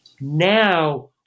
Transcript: Now